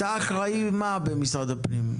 על מה אתה אחראי במשרד הפנים?